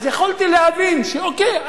אז יכולתי להבין שאוקיי,